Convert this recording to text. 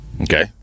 Okay